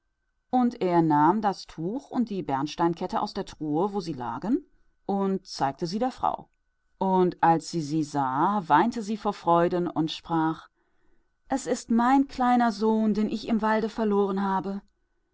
und er nahm das tuch und die bernsteinkette aus der truhe in der sie lagen und zeigte sie ihr und als sie sie sah weinte sie vor freude und sprach es ist mein kleiner sohn den ich im walde